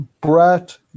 Brett